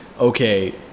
Okay